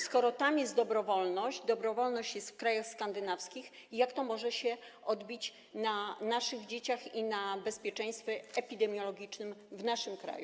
Skoro tam jest dobrowolność i jest dobrowolność w krajach skandynawskich, to jak to może się odbić na naszych dzieciach i na bezpieczeństwie epidemiologicznym w naszym kraju?